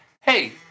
hey